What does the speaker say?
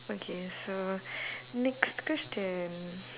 okay so next question